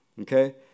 Okay